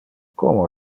como